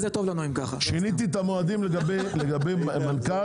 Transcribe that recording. שיניתי את המועדים לגבי מנכ"ל.